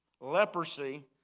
Leprosy